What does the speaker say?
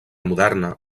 moderna